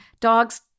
dogs